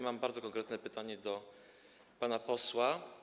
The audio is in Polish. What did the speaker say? Mam bardzo konkretne pytanie do pana posła.